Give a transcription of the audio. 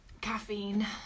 Caffeine